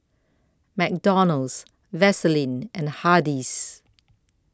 McDonald's Vaseline and Hardy's